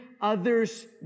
others